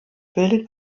bildet